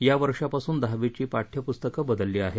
या वर्षापासून दहावीची पाठयपुस्तकं बदलली आहेत